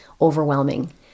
overwhelming